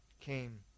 came